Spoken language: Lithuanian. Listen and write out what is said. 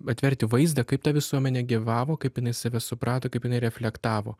atverti vaizdą kaip ta visuomenė gyvavo kaip save suprato kaip jinai reflektavo